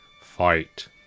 fight